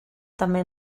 també